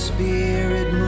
Spirit